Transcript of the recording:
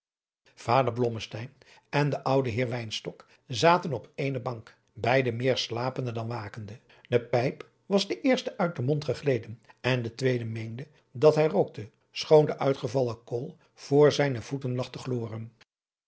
blommesteyn en de oude heer wynstok zaten op ééne bank beide meer slapende dan wakende de pijp was den eersten uit den mond gegleden en de tweede meende dat hij rookte schoon de uitgevallen kool voor zijne voeten lag te gloren